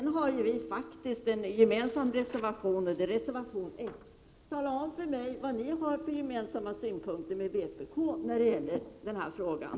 Vi har vidare inlagt en gemensam reservation, nämligen reservation 1. Tala om för mig vilka med vpk gemensamma synpunkter som ni har i den här frågan!